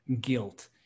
guilt